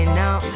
now